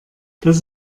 das